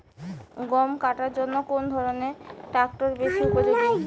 গম কাটার জন্য কোন ধরণের ট্রাক্টর বেশি উপযোগী?